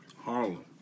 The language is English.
Harlem